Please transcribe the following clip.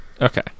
Okay